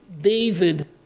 David